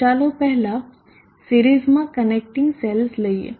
તો ચાલો પહેલા સિરીઝમાં કનેક્ટિંગ સેલ્સ લઈએ